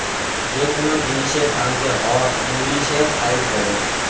যে কোনো জিনিসের দামকে হ ইংলিশে প্রাইস বলে